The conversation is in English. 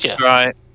Right